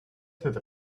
through